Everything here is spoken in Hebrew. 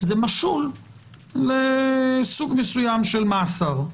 זה משול לסוג מסוים של מאסר.